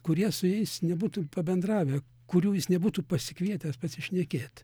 kurie su jais nebūtų pabendravę kurių jis nebūtų pasikvietęs pasišnekėt